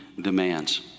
demands